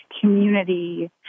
community